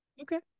Okay